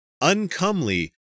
uncomely